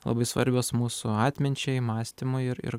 labai svarbios mūsų atminčiai mąstymui ir ir